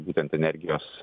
būtent energijos